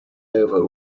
over